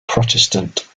protestant